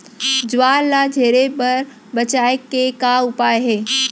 ज्वार ला झरे ले बचाए के का उपाय हे?